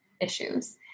issues